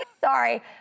Sorry